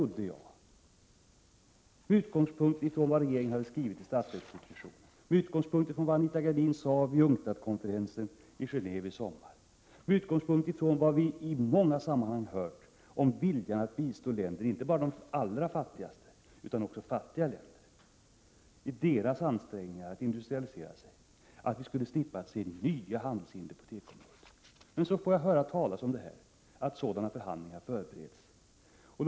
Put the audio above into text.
Och med utgångspunkt i vad regeringen uttalade i budgetpropositionen, vad Anita Gradin sade vid UNCTAD konferensen i Gen&åve i somras och vad vi i många sammanhang har hört om viljan att bistå länder, inte bara de allra fattigaste länderna utan också andra fattiga länder, i deras ansträngningar att industrialiseras, trodde jag att vi skulle slippa att se nya handelshinder på tekoområdet.